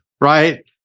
Right